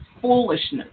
foolishness